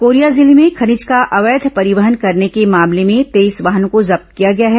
Korea जिले में खनिज का अवैध परिवहन करने के मामले में तेईस वाहनों को जब्त किया गया है